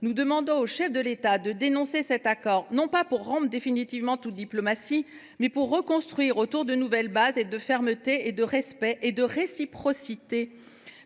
nous réclamons que le chef de l’État dénonce cet accord, non pas pour rompre définitivement toute diplomatie, mais pour reconstruire une relation sur de nouvelles bases – de fermeté, de respect et de réciprocité,